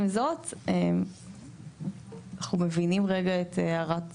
עם זאת, אנחנו מבינים רגע את הערת הוועדה,